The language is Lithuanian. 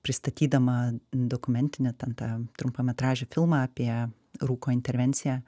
pristatydama dokumentinį ten tą trumpametražį filmą apie rūko intervenciją